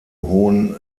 hohen